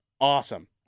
Awesome